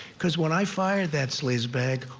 because when i fired that sleaze bag,